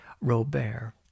Robert